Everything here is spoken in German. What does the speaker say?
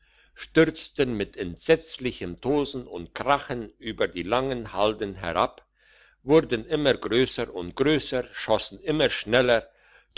stürzten mit entsetzlichem tosen und krachen über die langen halden herab wurden immer grösser und grösser schossen immer schneller